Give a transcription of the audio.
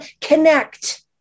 Connect